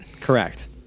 Correct